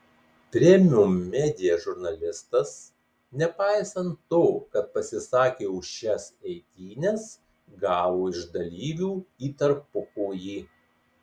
premium media žurnalistas nepaisant to kad pasisakė už šias eitynes gavo iš dalyvių į tarpukojį